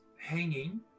hanging